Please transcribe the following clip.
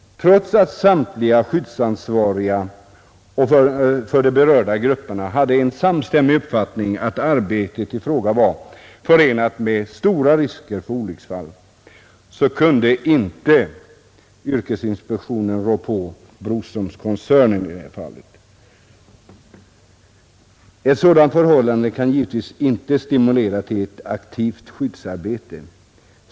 Trots att samtliga skyddsansvariga för de berörda grupperna hade en samstämmig uppfattning att arbetet i fråga var förenat med stora risker för olycksfall, kunde yrkesinspektionen inte rå på Broströmskoncernen i detta fall. Ett sådant förhållande kan givetvis inte stimulera till ett aktivt skyddsarbete.